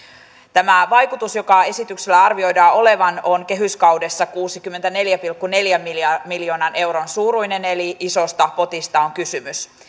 tämä vaikutus joka esityksellä arvioidaan olevan on kehyskaudessa kuudenkymmenenneljän pilkku neljän miljoonan miljoonan euron suuruinen eli isosta potista on kysymys